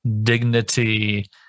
dignity